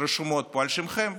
רשומים פה על שמכם.